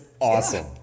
awesome